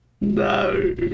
No